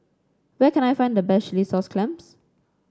where can I find the best Chilli Sauce Clams